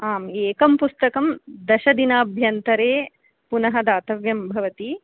आम् एकं पुस्तकं दशदिनाभ्यन्तरे पुनः दातव्यं भवति